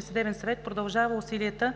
съдебен съвет продължава усилията